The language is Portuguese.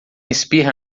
espirra